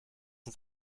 uns